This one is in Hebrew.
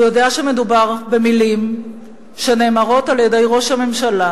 הוא יודע שמדובר במלים שנאמרות על-ידי ראש הממשלה,